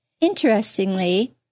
Interestingly